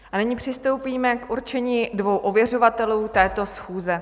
A nyní přistoupíme k určení dvou ověřovatelů této schůze.